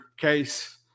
case